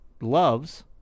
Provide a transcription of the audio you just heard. loves